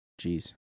Jeez